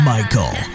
Michael